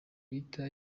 guhita